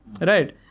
Right